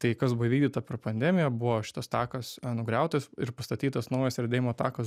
tai kas buvo įvykdyta per pandemiją buvo šitas takas nugriautas ir pastatytas naujas riedėjimo takas